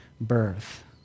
birth